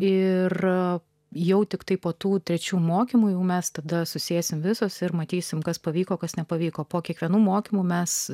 ir jau tiktai po tų trečių mokymų jau mes tada susėsime visos ir matysime kas pavyko kas nepavyko po kiekvienų mokymų mes